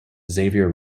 xavier